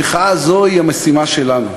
המחאה הזו היא המשימה שלנו.